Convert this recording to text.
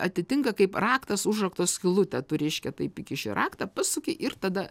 atitinka kaip raktas užrakto skylutę tu reiškia taip įkiši raktą pasuki ir tada